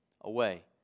away